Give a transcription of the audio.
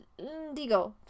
digo